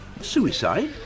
Suicide